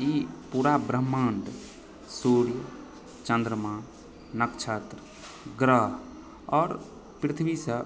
ई पूरा ब्रह्माण्ड सूर्य चन्द्रमा नक्षत्र ग्रह आओर पृथ्वीसँ